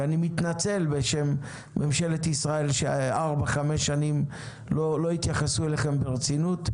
ואני מתנצל בשם ממשלת ישראל שארבע-חמש שנים לא התייחסו אליכם ברצינות,